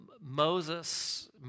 Moses